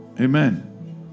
Amen